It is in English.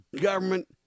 government